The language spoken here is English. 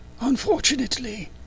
unfortunately